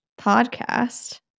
podcast